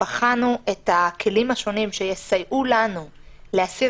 אנחנו בחנו את הכלים השונים שיסייעו לנו להסיר